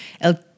El